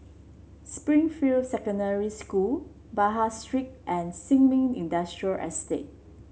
Springfield Secondary School Pahang Street and Sin Ming Industrial Estate